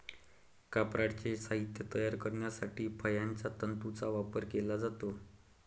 कापडाचे साहित्य तयार करण्यासाठी फळांच्या तंतूंचा वापर केला जातो